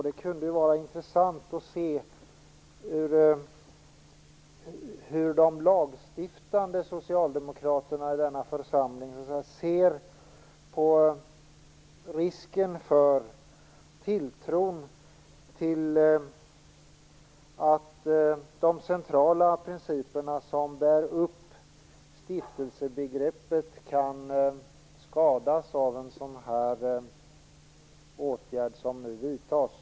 Det kunde vara intressant att höra hur de lagstiftande socialdemokraterna i denna församling ser på risken för att tilltron till de centrala principer som bär upp stiftelsebegreppet kan skadas av en sådan åtgärd som nu vidtas.